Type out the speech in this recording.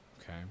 Okay